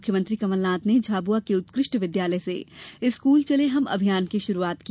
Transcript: मुख्यमंत्री कमलनाथ ने झाबुआ के उत्कृष्ट विद्यालय से स्कूल चले हम अभियान की शुरुआत की